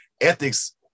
ethics